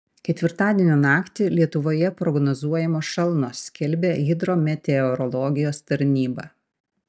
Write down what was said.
ketvirtadienio naktį lietuvoje prognozuojamos šalnos skelbia hidrometeorologijos tarnyba